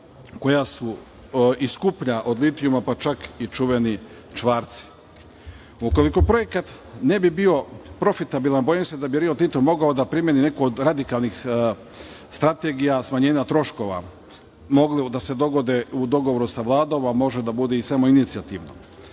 koja su i skuplja od litijuma, pa čak i čuveni čvarci. Ukoliko projekat ne bi bio profitabilan, bojim se da bi Rio Tinto mogao da primeni neku od radikalnih strategija smanjenja troškova, mogli da se dogode u dogovoru sa Vladom, a može da bude i samoinicijativno. Dakle,